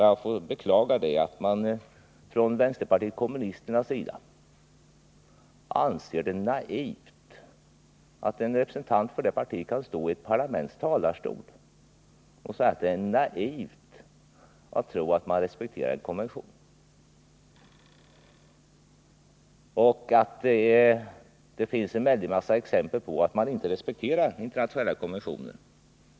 Jag beklagar att en representant kål betydelse för försvaret för vänsterpartiet kommunisterna kan stå i ett parlaments talarstol och säga att det är naivt att tro att en konvention kommer att respekteras och att det finns en väldig massa exempel på att internationella konventioner inte respekteras.